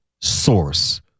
source